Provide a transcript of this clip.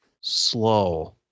slow